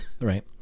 right